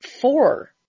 four